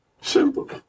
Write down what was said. Simple